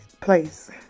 place